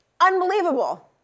unbelievable